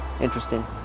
interesting